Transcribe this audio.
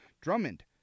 Drummond